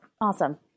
Awesome